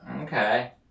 Okay